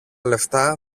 λεφτά